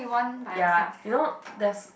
ya you know there's